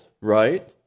right